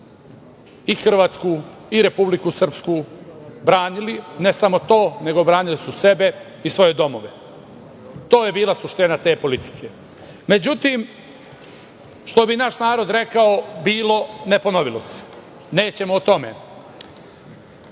i Hrvatsku i Republiku Srpsku branili, ne samo to, nego branili su sebe i svoje domove. To je bila suština te politike.Međutim, što bi naš narod rekao – bilo, ne ponovilo se. Nećemo o tome.